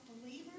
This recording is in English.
believers